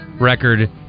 record